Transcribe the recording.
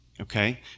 okay